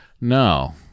No